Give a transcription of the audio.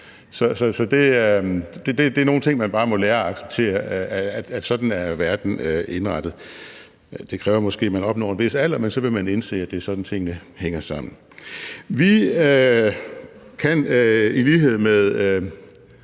Det er nogle ting, man bare må lære at acceptere, at sådan er verden indrettet. Det kræver måske, at man opnår en vis alder, men så vil man indse, at det er sådan, tingene hænger sammen. Vi kan i lighed med